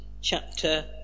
chapter